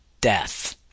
death